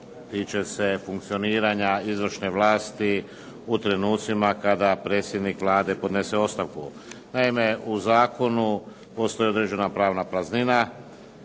tiče se funkcioniranja izvršne vlasti u trenucima kada predsjednik Vlade podnese ostavku. Naime, u zakonu postoji određena pravna praznina